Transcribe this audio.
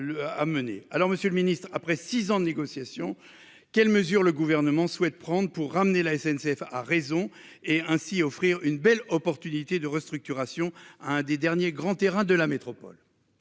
Alors Monsieur le Ministre, après 6 ans de négociations. Quelles mesures le gouvernement souhaite prendre pour ramener la SNCF a raison et ainsi offrir une belle opportunité de restructuration à un des derniers grands terrains de la métropole.